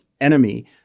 enemy